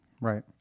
Right